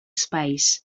space